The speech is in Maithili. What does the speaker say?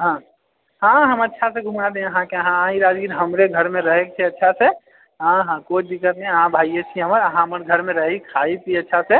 हाँ हऽ हऽ हम अच्छासँ घुमा देब अहाँ आइ राजगीर हमरे घरमे रहएके अच्छासे हँ हँ कोइ दिक्कत नहि अहाँ भाइए छी हमर अहाँ हमर घरमे रही खाइ पी अच्छासे